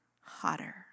Hotter